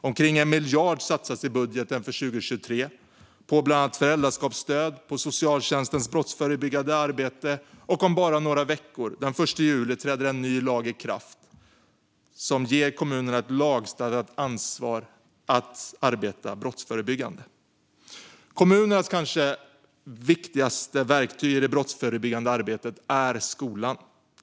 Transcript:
Omkring 1 miljard satsades i budgeten för 2023 på bland annat föräldraskapsstöd och socialtjänstens brottsförebyggande arbete. Och om bara några veckor, den 1 juli, träder en ny lag i kraft som ger kommunerna ett lagstadgat ansvar att arbeta brottsförebyggande. Kommunernas kanske viktigaste verktyg i det brottsförebyggande arbetet är skolan.